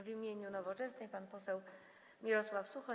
W imieniu Nowoczesnej - pan poseł Mirosław Suchoń.